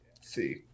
see